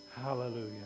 Hallelujah